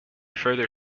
further